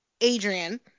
Adrian